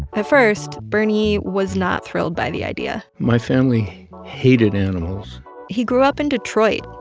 at first, bernie was not thrilled by the idea my family hated animals he grew up in detroit,